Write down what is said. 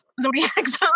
zodiacs